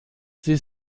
sie